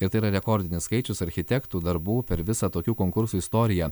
ir tai yra rekordinis skaičius architektų darbų per visą tokių konkursų istoriją